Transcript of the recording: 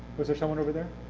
was there someone over there?